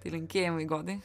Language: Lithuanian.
tai linkėjimai godai